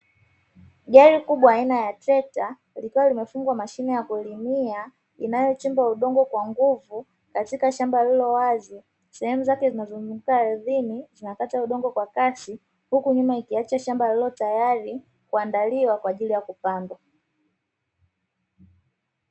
Gari kubwa aina ya trekta likiwa limefungwa masshine kubwa ya kulimia inayochimba udongo kwa nguvu, katika shamba lililowazi sehemu zake zimezunguka ardhini zikikata udongo kwa kasi, huku nyuma zikiacha shamba lililotayari kuandaliwa kwa ajili ya kupandwa.